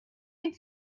den